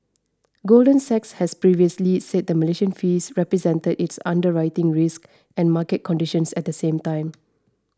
golden Sachs has previously said the Malaysia fees represented its underwriting risks and market conditions at the time